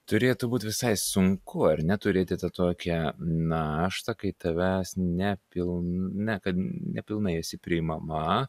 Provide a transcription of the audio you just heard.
turėtų būti visai sunku ar ne turėti tą tokią naštą kai tavęs ne pila ne kad nepilnai esi priimama